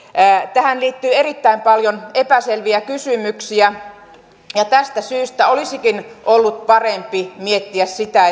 tähän liittyy erittäin paljon epäselviä kysymyksiä tästä syystä olisikin ollut parempi miettiä sitä